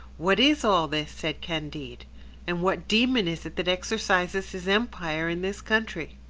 what is all this? said candide and what demon is it that exercises his empire in this country?